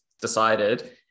decided